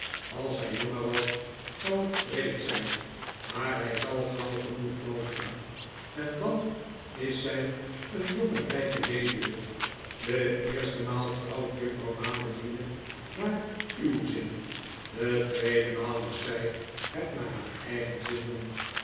als hij jonger was zou het wreed zijn maar hij zal gauw genoeg dood gaan en dan is zij een jonge rijke weduwe de eerste maal trouwt juffrouw madeline naar uw zin de tweede maal mag zij het naar haar eigen zin doen